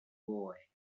boy